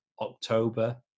October